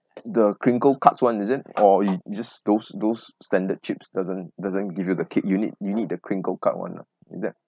the crinkle cuts one is it or you just those those standard chips doesn't doesn't give you the kick you need you need the crinkle cut [one] ah is that